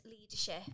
leadership